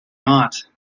not